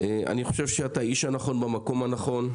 אני חושב שאתה האיש הנכון במקום הנכון,